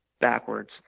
backwards